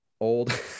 old